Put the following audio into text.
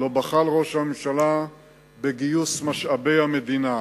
לא בחל ראש הממשלה בגיוס משאבי המדינה.